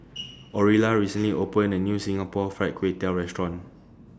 Orilla recently opened A New Singapore Fried Kway Tiao Restaurant